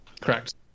Correct